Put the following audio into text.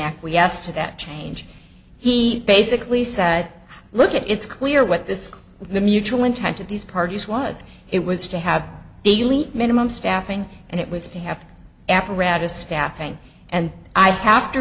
acquiesced to that change he basically said look it's clear what this the mutual intent of these parties was it was to have a daily minimum staffing and it was to have apparatus staffing and i have to